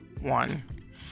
One